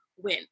win